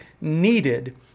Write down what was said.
needed